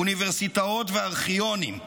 אוניברסיטאות וארכיונים.